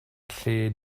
lle